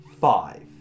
Five